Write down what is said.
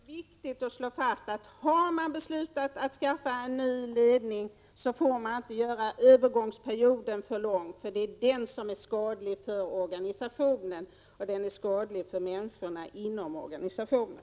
Herr talman! Det är också viktigt att slå fast att om man har beslutat att skaffa en ny ledning får man inte göra övergångsperioden för lång. Det är den som är skadlig för organisationen och skadlig för människorna inom organisationen.